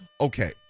Okay